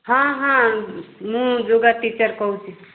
ହଁ ହଁ ମୁଁ ଯୋଗ ଟିଚର୍ କହୁଛି